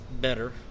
better